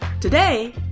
Today